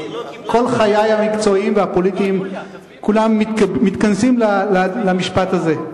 כל חיי המקצועיים והפוליטיים כולם מתכנסים למשפט הזה: